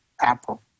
Apple